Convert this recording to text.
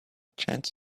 chance